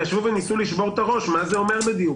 וניסו לשבור את הראש מה זה אומר בדיוק.